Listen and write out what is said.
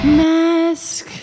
mask